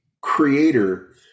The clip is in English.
creator